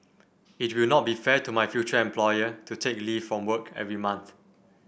it will not be fair to my future employer to take leave from work every month